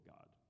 God